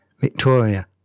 Victoria